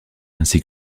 ainsi